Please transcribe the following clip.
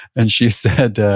and she said, ah